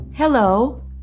Hello